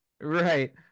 Right